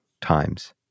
times